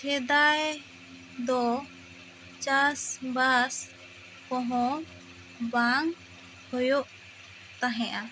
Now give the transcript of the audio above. ᱥᱮᱫᱟᱭ ᱫᱚ ᱪᱟᱥ ᱵᱟᱥ ᱠᱚᱦᱚᱸ ᱵᱟᱝ ᱦᱩᱭᱩᱜ ᱛᱟᱦᱮᱸᱜᱼᱟ